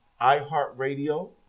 iHeartRadio